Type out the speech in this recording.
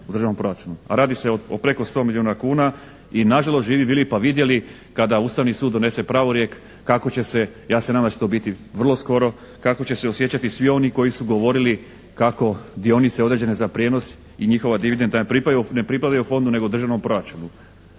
u državnom proračunu. Radi se o preko 100 milijuna kuna i nažalost živi bili pa vidjeli kada Ustavni sud donese pravorijek kako će se, ja se nadam da će to biti vrlo skoro, kako će se osjećati svi oni koji su govorili kako dionice određene za prijenos i njihova dividenda ne pripadaju fondu nego državnom proračunu.